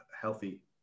healthy